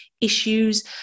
issues